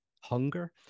hunger